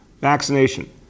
vaccination